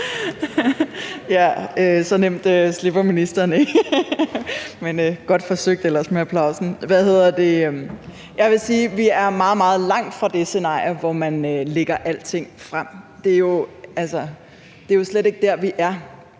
Så nemt slipper ministeren ikke, men ellers godt forsøgt med applausen til sig selv. Jeg vil sige, at vi er meget, meget langt fra det scenarie, hvor man lægger alting frem. Altså, det er jo slet ikke der, vi er.